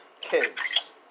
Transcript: Kids